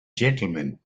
gentlemen